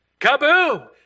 kaboom